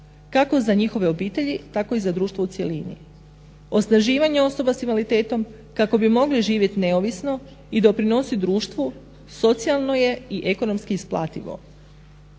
kako za njihove obitelji tako i za društvo u cjelini. Osnaživanje osoba s invaliditetom kako bi mogle živjeti neovisno i doprinositi društvu socijalno je i ekonomski isplativo.